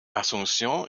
asunción